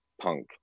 punk